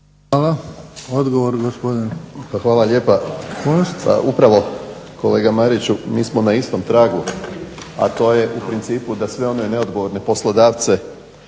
Kunst. **Kunst, Boris (HDZ)** Hvala lijepa. Upravo kolega Mariću mi smo na istom tragu, a to je u principu da sve one neodgovorne poslodavce